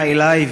הגיע אלי,